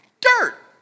dirt